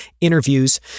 interviews